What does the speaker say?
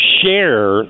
share